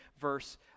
verse